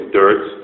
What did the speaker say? dirt